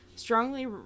strongly